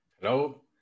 Hello